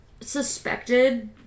suspected